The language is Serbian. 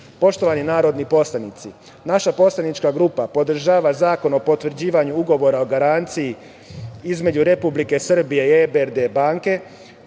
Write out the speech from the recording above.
projekta. Poštovani narodni poslanici, naša poslanička grupa podržava Zakon o potvrđivanju ugovora o garanciji, između Republike Srbije i ERBD banke,